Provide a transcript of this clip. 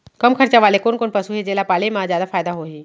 कम खरचा वाले कोन कोन पसु हे जेला पाले म जादा फायदा होही?